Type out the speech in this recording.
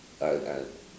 I'm I'm